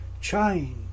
chain